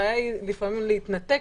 הבעיה היא לפעמים להתנתק.